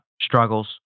struggles